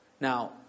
Now